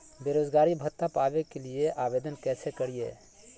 बेरोजगारी भत्ता पावे के लिए आवेदन कैसे करियय?